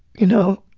y'know.